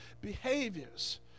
behaviors